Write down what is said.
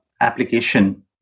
application